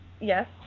yes